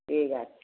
ঠিক আছে